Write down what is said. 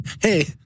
hey